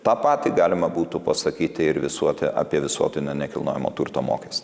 tą patį galima būtų pasakyti ir visuoti apie visuotiną nekilnojamo turto mokestį